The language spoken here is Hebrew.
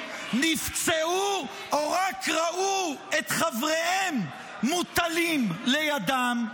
נפצעו או רק ראו את חבריהם מוטלים לידם,